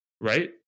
right